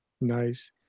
Nice